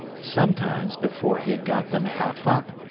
sometimes before he had got them half up,